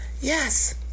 Yes